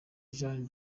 jeanne